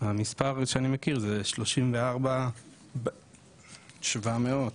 המספר שאני מכיר זה 34.7 מיליון.